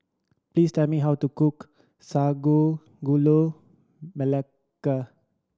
please tell me how to cook Sago Gula Melaka